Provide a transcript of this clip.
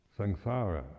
samsara